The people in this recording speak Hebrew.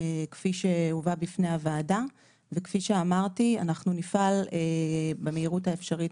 כפי שהובאו בפני הוועדה וכפי שאמרתי נפעל במהירות האפשרית